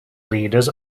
leaders